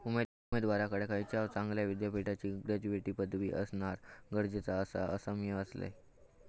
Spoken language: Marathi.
उमेदवाराकडे खयच्याव चांगल्या विद्यापीठाची ग्रॅज्युएटची पदवी असणा गरजेचा आसा, असा म्या वाचलंय